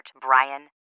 Brian